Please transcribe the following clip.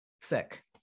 sick